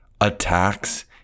attacks